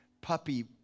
puppy